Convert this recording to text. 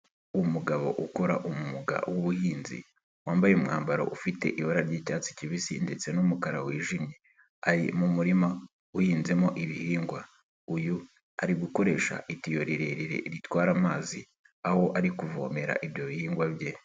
Umugabo ukora umwuga w'ubuhinzi wambaye umwambaro ufite ibara ry'icyatsi kibisi ndetse n'umukara wijimye, ari mu murima uhinzemo ibihingwa, uyu ari gukoresha itiyo rirerire ritwara amazi aho ari kuvomera ibyo bihingwa bye.